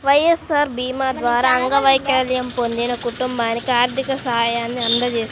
వైఎస్ఆర్ భీమా ద్వారా అంగవైకల్యం పొందిన కుటుంబానికి ఆర్థిక సాయాన్ని అందజేస్తారు